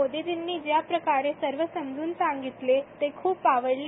मोदीजींनी ज्या प्रकारे सर्व समज्न सांगितले ते ख्प आवडले